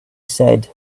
said